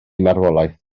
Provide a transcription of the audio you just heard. marwolaeth